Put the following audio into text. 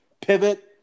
pivot